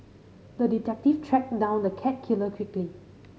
the detective tracked down the cat killer quickly